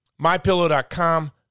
MyPillow.com